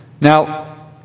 Now